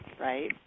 right